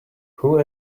who